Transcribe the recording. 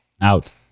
Out